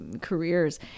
careers